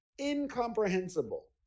incomprehensible